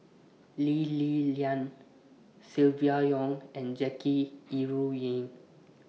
Lee Li Lian Silvia Yong and Jackie Yi Ru Ying